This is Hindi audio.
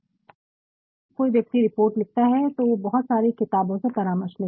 और फिर जब कोई व्यक्ति रिपोर्ट लिखता है तो वो बहुत सारी किताबों से भी परामर्श लेता है